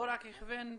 לא רק הכוון מקצועי,